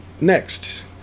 next